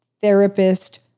therapist